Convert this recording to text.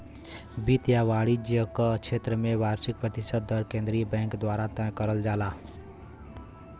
वित्त या वाणिज्य क क्षेत्र में वार्षिक प्रतिशत दर केंद्रीय बैंक द्वारा तय करल जाला